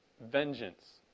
vengeance